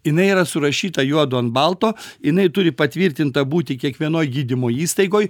jinai yra surašyta juodu ant balto jinai turi patvirtintą būti kiekvienoj gydymo įstaigoj